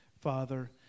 Father